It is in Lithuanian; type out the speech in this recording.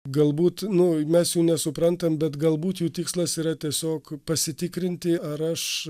galbūt nu mes jų nesuprantam bet galbūt jų tikslas yra tiesiog pasitikrinti ar aš